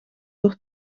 door